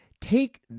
take